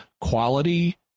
quality